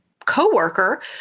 co-worker